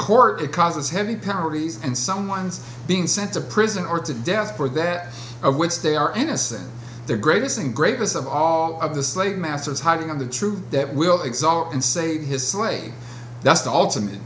court it causes heavy penalties and someone's being sent to prison or to death for that which they are innocent the greatest thing greatest of all of the slave masters hiding of the truth that will exalt and save his slay that's the ultimate